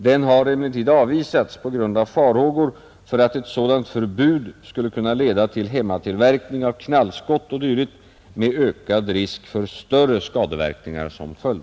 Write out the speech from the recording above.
Den har emellertid avvisats på grund av farhågor för att ett sådant förbud skulle kunna leda till hemmatillverkning av knallskott o. d. med ökad risk för större skadeverkningar som följd.